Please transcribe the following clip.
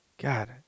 God